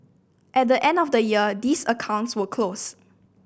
at the end of the year these accounts will close